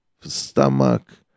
Stomach